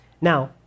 Now